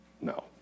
No